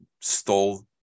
stole